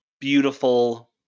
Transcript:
beautiful